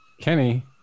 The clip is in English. Kenny